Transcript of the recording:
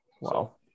Wow